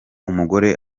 umugore